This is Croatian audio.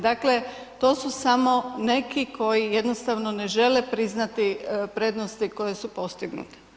Dakle, to su samo neki koji jednostavno ne žele priznati prednosti koje su postignute.